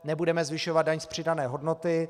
Nebudeme zvyšovat daň z přidané hodnoty.